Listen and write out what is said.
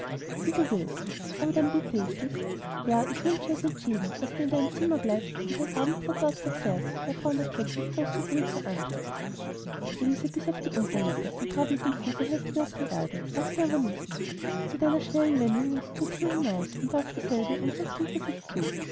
wie du willst aber dann bitte ich dich ja ich wünsche es entschieden daß du in deinem zimmer bleibst und dein abendbrot dort verzehrst gab frau macket mit großer ruhe zur antwort ilse biß auf die unterlippe und trat mit dem fuße heftig auf die erde aber sie sagte nichts mit einer schnellen wendung ging sie zur thür hinaus und warf dieselbe unsanft hinter sich zu